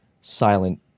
silent